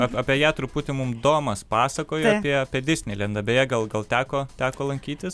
apie apie ją truputį mum tomas pasakojo apie apie disneilendą beje gal gal teko teko lankytis